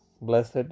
Blessed